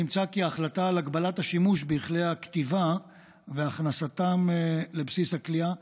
נמצא כי ההחלטה על הגבלת השימוש בכלי הכתיבה והכנסתם לבסיס הכליאה